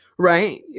Right